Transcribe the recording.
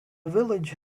village